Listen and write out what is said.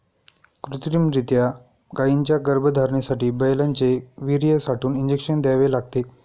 कृत्रिमरीत्या गायींच्या गर्भधारणेसाठी बैलांचे वीर्य साठवून इंजेक्शन द्यावे लागते